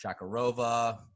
Shakarova